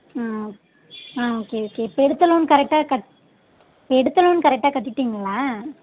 ஆ okay ஆ okay okay இப்போ எடுத்த லோன் கரெக்டாக கட் இப்போ எடுத்த லோன் கரெக்டாக கட்டிட்டிங்களா